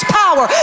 power